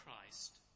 Christ